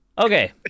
Okay